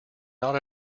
not